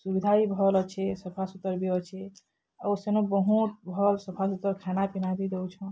ସୁବିଧା ବି ଭଲ ଅଛେ ସଫା ସୁତର୍ ବି ଅଛେ ଆଉ ସେନୁ ବହୁତ ଭଲ ସଫା ସୁତର୍ ଖାନା ପିନା ବି ଦଉଛନ୍